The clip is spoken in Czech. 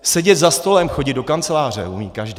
Sedět za stolem, chodit do kanceláře, to umí každý.